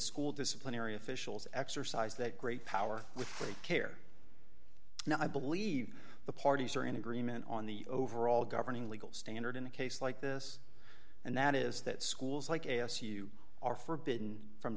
school disciplinary officials exercise that great power with great care and i believe the parties are in agreement on the overall governing legal standard in a case like this and that is that schools like a s u are forbidden from